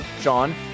Sean